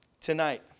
tonight